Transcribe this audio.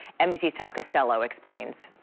nbc's tom costello explains.